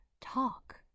talk